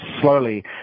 slowly